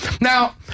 now